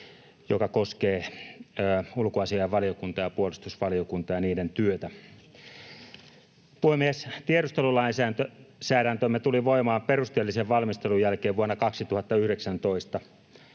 jotka koskevat ulkoasiainvaliokuntaa ja puolustusvaliokuntaa ja niiden työtä. Puhemies! Tiedustelulainsäädäntömme tuli voimaan perusteellisen valmistelun jälkeen vuonna 2019.